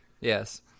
Yes